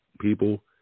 people